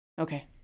Okay